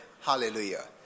Hallelujah